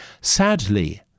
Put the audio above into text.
Sadly